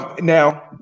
Now